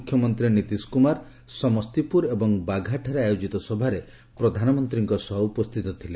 ମୁଖ୍ୟମନ୍ତ୍ରୀ ନୀତିଶ କୁମାର ସମସ୍ତିପୁର ଏବଂ ବାଘାଠାରେ ଆୟୋଜିତ ସଭାରେ ପ୍ରଧାନମନ୍ତ୍ରୀଙ୍କ ସହ ଉପସ୍ଥିତ ଥିଲେ